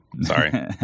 Sorry